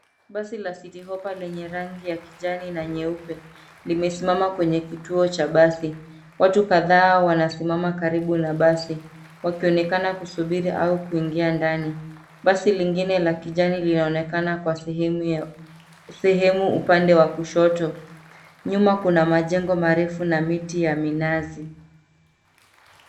Basi la City Hoppa lenye rangi ya kijani na nyeupe limesimaa kwenye kituo cha basi. Watu kadhaa wanasimama karibu na basi, wakionekana kusubiri au kuingia ndani. Basi lingine la kijani linaonekana kwa sehemu upande wa kushoto. Nyuma kuna majengo marefu na miti ya minazi.